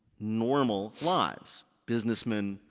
normal lives, businessmen,